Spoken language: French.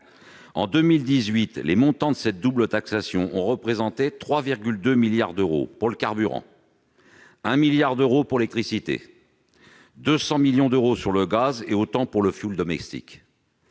En 2018, le coût de cette double taxation a atteint 3,2 milliards d'euros pour le carburant, 1 milliard d'euros pour l'électricité, 200 millions d'euros pour le gaz, et tout autant pour le fioul domestique.